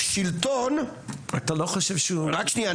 שילטון -- אתה לא חושב שהוא -- רק שנייה,